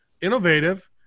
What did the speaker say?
innovative